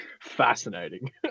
Fascinating